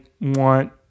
want